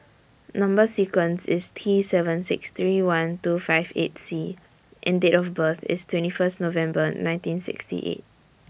Number sequence IS T seven six three one two five eight C and Date of birth IS twenty First November nineteen sixty eight